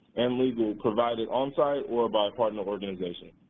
and legal provided onsite or by partner organizations.